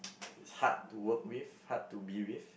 hard to work with hard to be with